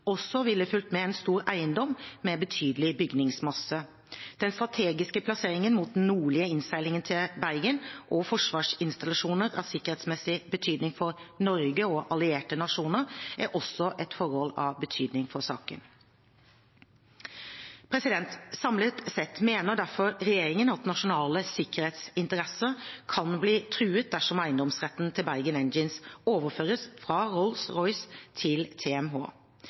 også ville fulgt med en stor eiendom med betydelig bygningsmasse. Den strategiske plasseringen, mot den nordlige innseilingen til Bergen og forsvarsinstallasjoner av sikkerhetsmessig betydning for Norge og allierte nasjoner, er også et forhold av betydning for saken. Samlet sett mener derfor regjeringen at nasjonale sikkerhetsinteresser kan bli truet dersom eiendomsretten til Bergen Engines overføres fra Rolls-Royce til TMH.